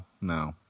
no